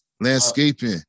landscaping